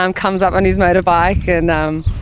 um comes up on his motorbike, and um